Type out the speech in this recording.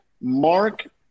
mark